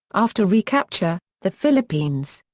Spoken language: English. after recapture, the philippines.